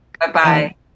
Bye-bye